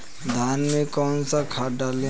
धान में कौन सा खाद डालें?